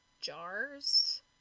jars